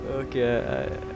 Okay